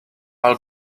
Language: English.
will